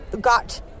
got